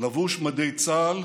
לבוש מדי צה"ל,